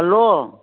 hello